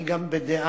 אני גם בדעה